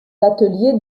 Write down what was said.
ateliers